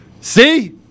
See